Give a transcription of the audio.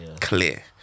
clear